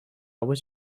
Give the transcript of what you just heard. was